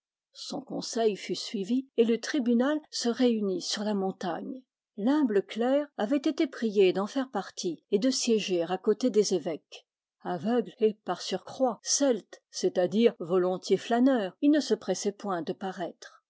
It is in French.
son conseil fut suivi et le tribunal se réunit sur la monta gne l'humble clerc avait été prié d'en faire partie et de sié ger à côté des évêques aveugle et par surcroît celte c'est-à-dire volontiers flâneur il ne se pressait point de paraître